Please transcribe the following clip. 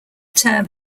term